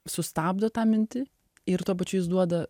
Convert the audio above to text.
sustabdo tą mintį ir tuo pačiu jis duoda